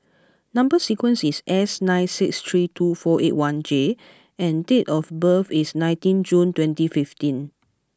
number sequence is S nine six three two four eight one J and date of birth is nineteenth June twenty fifteen